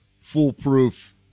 foolproof